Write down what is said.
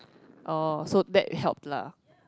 oh so that helped lah